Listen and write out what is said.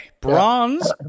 Bronze